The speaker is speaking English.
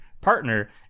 partner